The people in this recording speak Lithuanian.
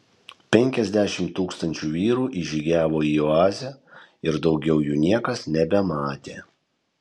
penkiasdešimt tūkstančių vyrų įžygiavo į oazę ir daugiau jų niekas nebematė